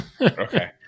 Okay